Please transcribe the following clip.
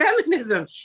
feminism